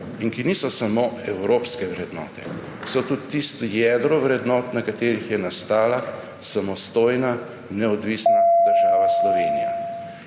in ki niso samo evropske vrednote. So tudi tisto jedro vrednot, na katerih je nastala samostojna, neodvisna država Slovenija.